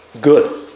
good